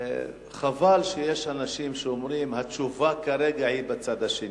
וחבל שיש אנשים שאומרים: התשובה כרגע היא בצד השני.